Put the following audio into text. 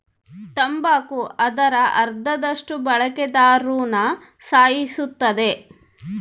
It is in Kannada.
ತಂಬಾಕು ಅದರ ಅರ್ಧದಷ್ಟು ಬಳಕೆದಾರ್ರುನ ಸಾಯಿಸುತ್ತದೆ